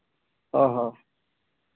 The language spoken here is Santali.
ᱚ ᱦᱚᱸ